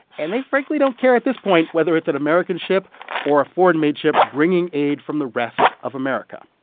and they frankly don't care at this point whether it's an american ship or a foreign-made ship bringing aid from the rest of america.